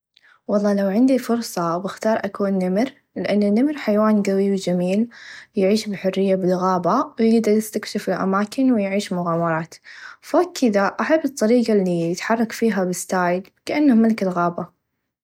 و الله لو عندي فرصه و بأختار أكون نمر لأن النمر حيوان قوي و چميل يعيش بحريه بالغابه ويقدر يستكشف الأماكن و يعيش مغامرات فوق كذا أحب الطريقه إلى يتحرك فيها بستايل كإنه ملك الغابه.